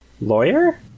Lawyer